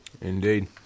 Indeed